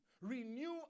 renew